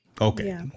Okay